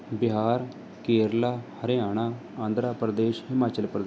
ਬਿਹਾਰ ਕੇਰਲਾ ਹਰਿਆਣਾ ਆਂਧਰਾ ਪ੍ਰਦੇਸ਼ ਹਿਮਾਚਲ ਪ੍ਰ